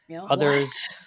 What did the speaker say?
Others